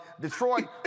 Detroit